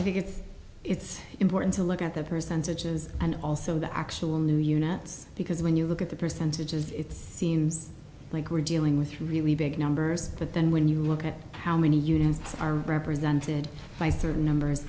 i think it's it's important to look at the percentages and also the actual new units because when you look at the percentages it seems like we're dealing with really big numbers but then when you look at how many units are represented by certain numbers